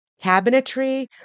Cabinetry